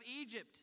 Egypt